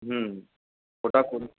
হুম ওটা করলে